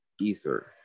ether